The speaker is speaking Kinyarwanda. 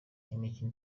imikino